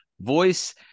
voice